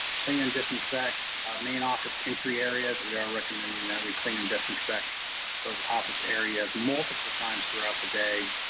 clean and disinfect main office entry areas. we are recommending that we clean and disinfect those office areas multiple times throughout the day.